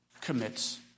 commits